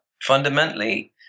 fundamentally